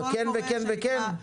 בכן וכן וכן?